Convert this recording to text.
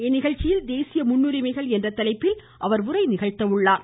இந்நிகழ்ச்சியில் தேசிய முன்னுரிமைகள் என்ற தலைப்பில் அவர் உரை நிகழ்த்துகிறார்